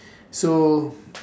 so